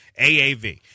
AAV